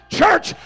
church